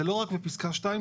זה לא רק בפסקה (2),